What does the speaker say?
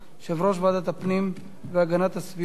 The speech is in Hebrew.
יושב-ראש ועדת הפנים והגנת הסביבה,